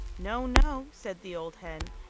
no, no, said the old hen.